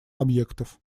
объектов